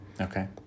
Okay